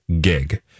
gig